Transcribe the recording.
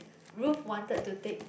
Ruth wanted to take